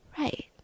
right